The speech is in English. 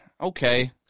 okay